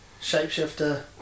Shapeshifter